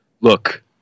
Look